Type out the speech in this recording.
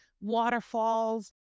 waterfalls